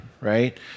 right